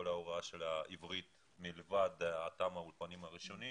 כל ההוראה של העברית מלבד אותם אולפנים ראשונים,